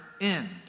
end